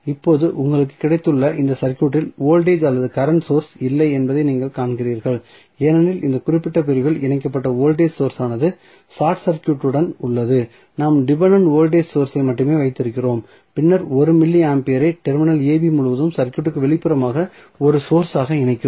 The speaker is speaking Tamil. இப்போது உங்களுக்கு கிடைத்துள்ள இந்த சர்க்யூட்டில் வோல்டேஜ் அல்லது கரண்ட் சோர்ஸ் இல்லை என்பதை நீங்கள் காண்கிறீர்கள் ஏனெனில் இந்த குறிப்பிட்ட பிரிவில் இணைக்கப்பட்ட வோல்டேஜ் சோர்ஸ் ஆனது ஷார்ட் சர்க்யூட்டுடன் உள்ளது நாம் டிபென்டென்ட் வோல்டேஜ் சோர்ஸ் ஐ மட்டுமே வைத்திருக்கிறோம் பின்னர் 1 மில்லி ஆம்பியரை டெர்மினல் ab முழுவதும் சர்க்யூட்க்கு வெளிப்புறமாக ஒரு சோர்ஸ் ஆக இணைக்கிறோம்